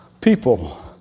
people